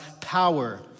power